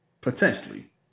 Potentially